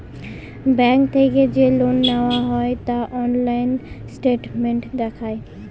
bank থেকে যে loan নেওয়া হয় তা অনলাইন স্টেটমেন্ট দেখায়